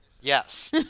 Yes